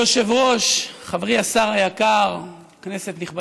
אדוני היושב-ראש, תעצור.